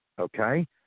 okay